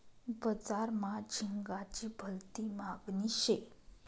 बजार मा झिंगाची भलती मागनी शे